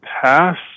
pass